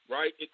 right